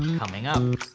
coming up.